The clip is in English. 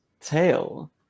tail